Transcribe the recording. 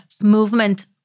movement